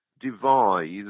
devise